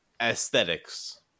aesthetics